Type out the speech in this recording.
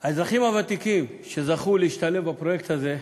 האזרחים הוותיקים שזכו להשתלב בפרויקט הזה,